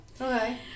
Okay